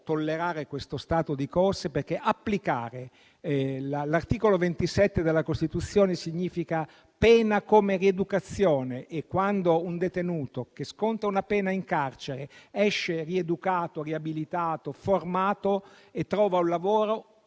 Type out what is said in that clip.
simile stato di cose, perché applicare l'articolo 27 della Costituzione significa concepire la pena come rieducazione. E, quando un detenuto che sconta una pena in carcere esce rieducato, riabilitato, formato e trova un lavoro,